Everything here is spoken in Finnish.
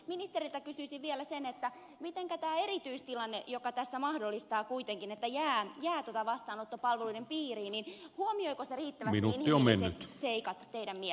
ministeriltä kysyisin vielä sitä mitenkä tämä erityistilanne joka tässä mahdollistaa kuitenkin että jää vastaanottopalveluiden piiriin huomioiko se riittävästi inhimilliset seikat teidän mielestänne